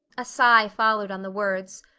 a sigh followed on the words.